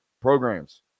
programs